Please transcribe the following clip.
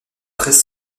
treize